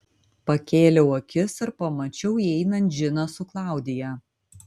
pakėliau akis ir pamačiau įeinant džiną su klaudija